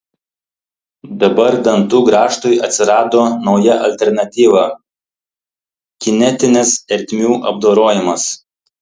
dabar dantų grąžtui atsirado nauja alternatyva kinetinis ertmių apdorojimas